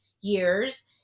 years